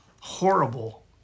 Horrible